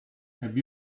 have